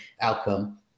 outcome